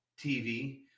TV